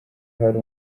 hari